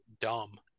dumb